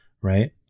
right